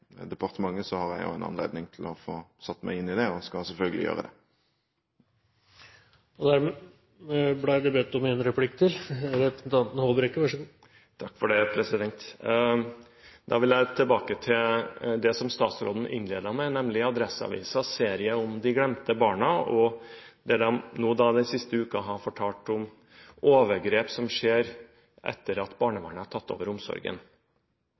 departementet, har jeg en anledning til å få satt meg inn i det og skal selvfølgelig gjøre det. Da vil jeg tilbake til det som statsråden innledet med, nemlig Adresseavisens serie om de glemte barna, og det de den siste uken har fortalt om overgrep som skjer etter at barnevernet har tatt over omsorgen.